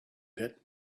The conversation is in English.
pit